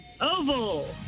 Oval